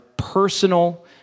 personal